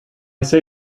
say